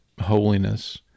holiness